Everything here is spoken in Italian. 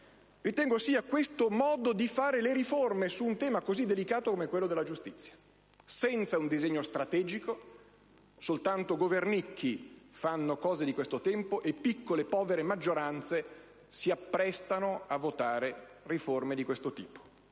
ritengo sia questo modo di fare le riforme su un tema così delicato come quello della giustizia, senza cioè un disegno strategico. Soltanto governicchi fanno cose di questo tipo e piccole e povere maggioranze si apprestano a votare riforme del